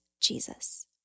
Jesus